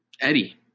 Eddie